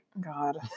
God